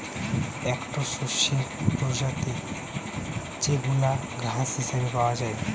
একটো শস্যের প্রজাতি যেইগুলা ঘাস হিসেবে পাওয়া যায়